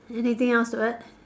anything else to add